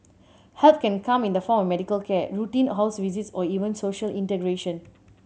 help can come in the form of medical care routine house visits or even social integration